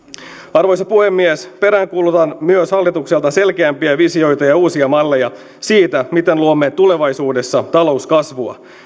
arvoisa puhemies peräänkuulutan hallitukselta myös selkeämpiä visioita ja uusia malleja siitä miten luomme tulevaisuudessa talouskasvua